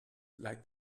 like